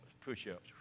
push-ups